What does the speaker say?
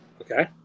Okay